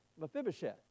Mephibosheth